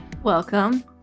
Welcome